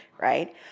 right